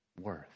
worth